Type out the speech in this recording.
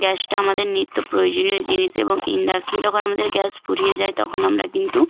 গ্যাসটা আমাদের নিত্য প্রয়োজনীয় জিনিস এবং ইন্ডাকশন যখন আমাদের গ্যাস ফুরিয়ে যায় তখন আমরা কিন্তু